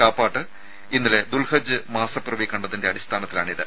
കാപ്പാട് ഇന്നലെ ദുൽഹജ്ജ് മാസപ്പിറവി കണ്ടതിന്റെ അടിസ്ഥാനത്തിലാണിത്